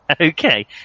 Okay